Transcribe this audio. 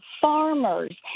farmers